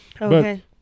Okay